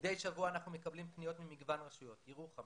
מדי שבוע אנחנו מקבלים פניות ממגוון רשויות ירוחם,